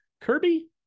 Kirby